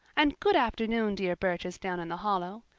and good afternoon dear birches down in the hollow.